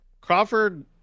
Crawford